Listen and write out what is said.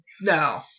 No